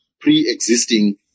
pre-existing